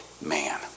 man